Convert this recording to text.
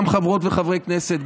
גם חברות וחברי כנסת,